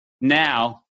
now